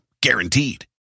Guaranteed